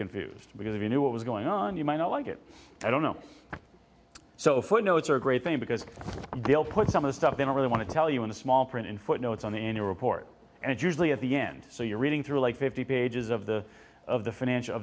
confused because if you knew what was going on you might not like it i don't know so for you know it's a great thing because they'll put some of the stuff they don't really want to tell you in the small print in footnotes on the annual report and it's usually at the end so you're reading through like fifty pages of the of the financial